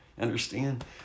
understand